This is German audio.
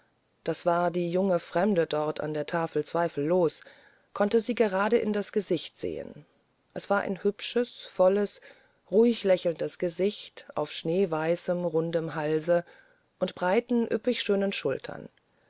das war die junge fremde dort an der tafel zweifellos konnte sie gerade in das gesicht sehen es war ein hübsches volles ruhig lächelndes gesicht auf schneeweißem rundem halse und breiten üppigschönen schultern